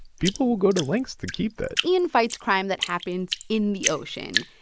people will go to lengths to keep that ian fights crime that happens in the ocean.